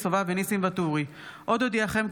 עוד אודיעכם,